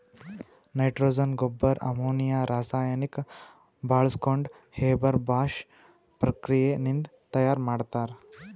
nitrogen ಗೊಬ್ಬರ್ ammonia ರಾಸಾಯನಿಕ್ ಬಾಳ್ಸ್ಕೊಂಡ್ ಹೇಬರ್ ಬಾಷ್ ಪ್ರಕ್ರಿಯೆ ನಿಂದ್ ತಯಾರ್ ಮಾಡ್ತರ್